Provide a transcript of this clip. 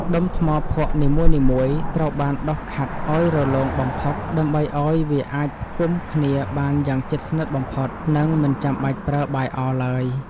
ដុំថ្មភក់នីមួយៗត្រូវបានដុសខាត់ឱ្យរលោងបំផុត ដើម្បីឱ្យវាអាចផ្គុំគ្នាបានយ៉ាងជិតស្និទ្ធបំផុត និង មិនចាំបាច់ប្រើបាយអឡើយ។